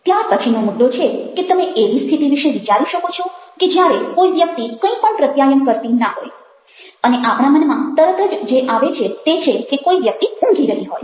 ત્યાર પછીનો મુદ્દો છે કે તમે એવી સ્થિતિ વિશે વિચારી શકો છો કે જ્યારે કોઈ વ્યક્તિ કંઇ પણ પ્રત્યાયન કરતી ન હોય અને આપણા મનમાં તરત જ જે આવે છે તે છે કે કોઈ વ્યક્તિ ઊંઘી રહી હોય